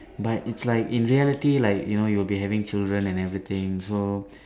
but it's like in reality like you know you will be having children and everything so